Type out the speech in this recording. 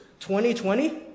2020